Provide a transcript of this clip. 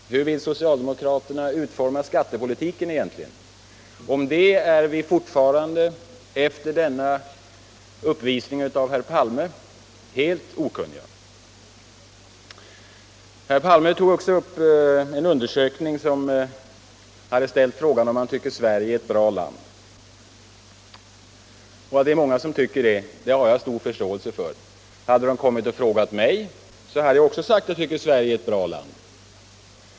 Efter denna uppvisning av herr Palme är vi fortfarande helt okunniga om hur socialdemokraterna egentligen vill utforma skattepolitiken. Herr Palme tog också upp en undersökning som hade ställt frågan om man tycker att Sverige är ett bra land. Att det är många som tycker det har jag också stor förståelse för. Hade man kommit och frågat mig, hade också jag sagt att jag tycker att Sverige är ett bra land.